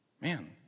man